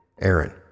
Aaron